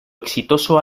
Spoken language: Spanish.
exitoso